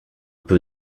peu